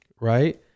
right